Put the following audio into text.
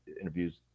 interviews